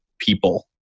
people